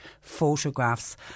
photographs